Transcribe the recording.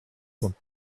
sont